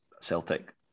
Celtic